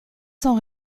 sans